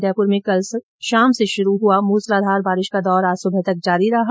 उदयपुर में कल शाम से शुरू हआ मूसलाधार बारिश का दौर आज सुबह तक जारी रहा